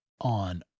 on